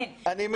אין.